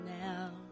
now